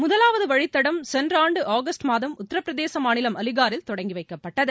முதலாவது வழித்தடம் சென்ற ஆண்டு ஆகஸ்ட் மாதம் உத்தரப்பிரதேச மாநிலம் அலிகாரில் தொடங்கிவைக்கப்பட்டது